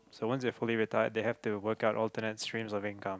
so once they're fully retired they have to work out alternate steams of income